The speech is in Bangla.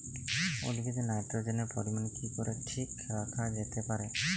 উদ্ভিদে নাইট্রোজেনের পরিমাণ কি করে ঠিক রাখা যেতে পারে?